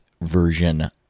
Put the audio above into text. version